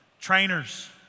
Trainers